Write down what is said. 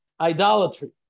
idolatry